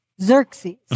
Xerxes